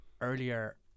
earlier